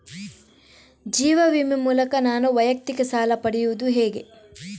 ಜೀವ ವಿಮೆ ಮೂಲಕ ನಾನು ವೈಯಕ್ತಿಕ ಸಾಲ ಪಡೆಯುದು ಹೇಗೆ?